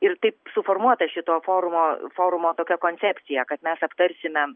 ir taip suformuota šito forumo forumo tokia koncepcija kad mes aptarsime